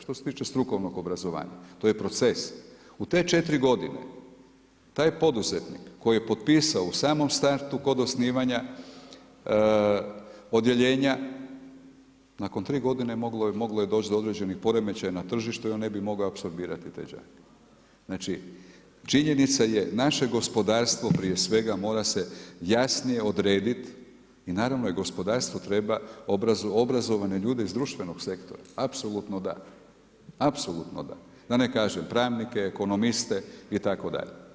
Što se tiče strukovnog obrazovanja, to je proces, u te 4 g. taj poduzetnik, koji je potpisao u samom startu kod osnivanja, podijeljena, nakon 3 g. moglo je doći do određenih poremećaja na tržištu i on ne bi mogao apsorbirati … Znači činjenica je, naše gospodarstvo prije svega mora se jasnije odrediti, i naravno da gospodarstvu treba obrazovane ljude iz društvenog sektora, apsolutno da, da ne kažem pravnike, ekonomiste itd.